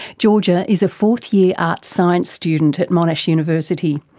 georgia is a fourth-year arts science student at monash university.